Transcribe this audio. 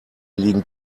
liegen